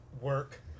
work